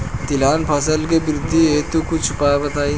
तिलहन फसल के वृद्धि हेतु कुछ उपाय बताई?